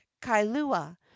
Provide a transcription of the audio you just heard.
kailua